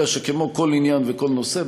אלא שכמו כל עניין וכל נושא,